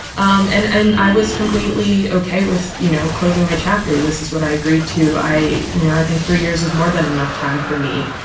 um and and i was completely okay with you know, closing my chapter. this is what i agreed to. i, you know, i think four years is more than enough time for me.